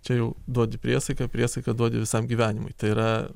čia jau duodi priesaiką priesaiką duodi visam gyvenimui tai yra